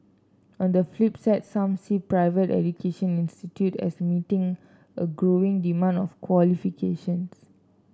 on the flip side some see private education institute as meeting a growing demand for qualifications